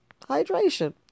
hydration